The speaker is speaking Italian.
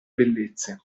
bellezze